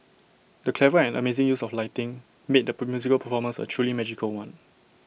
the clever and amazing use of lighting made the musical performance A truly magical one